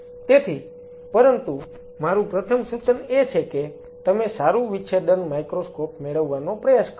તેથી પરંતુ મારું પ્રથમ સૂચન એ છે કે તમે સારું વિચ્છેદન માઇક્રોસ્કોપ મેળવવાનો પ્રયાસ કરો